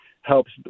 helps